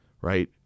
right